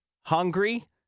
Hungry